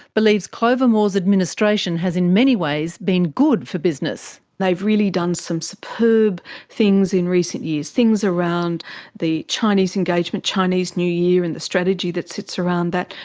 believes clover moore's administration has in many ways been good for business. they've really done some superb things in recent years, things around the chinese engagement, chinese new year, and the strategy that sits around that.